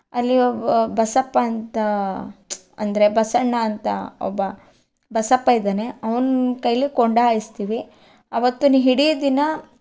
ಅಲ್ಲಿ ಬಸಪ್ಪ ಅಂತ ಅಂದರೆ ಬಸಣ್ಣ ಅಂತ ಒಬ್ಬ ಬಸಪ್ಪ ಇದ್ದಾನೆ ಅವನ ಕೈಯ್ಯಲ್ಲಿ ಕೊಂಡ ಹಾಯಿಸ್ತೀವಿ ಅವತ್ತಿನ ಇಡೀ ದಿನ